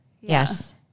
Yes